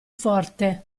forte